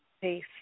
Peace